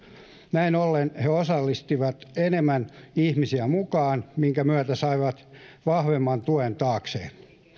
näin ollen he osallistivat enemmän ihmisiä mukaan minkä myötä saivat vahvemman tuen taakseen